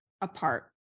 apart